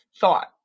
thought